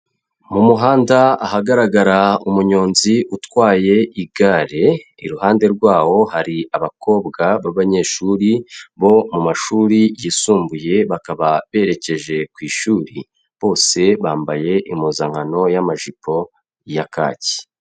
Mu muhanda ahagaragara umunyonzi utwaye igare, iruhande rwawo hari abakobwa b'abanyeshuri, bo mu mashuri yisumbuye bakaba berekeje ku ishuri, bose bambaye impuzankano y'amajipo ya kaki.